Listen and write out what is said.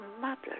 mother